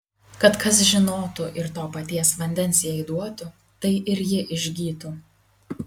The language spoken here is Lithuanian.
kad kas žinotų ir to paties vandens jai duotų tai ir ji išgytų